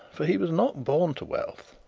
for he was not born to wealth,